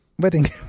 wedding